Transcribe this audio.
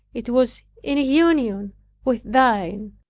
it was in union with thine,